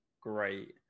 great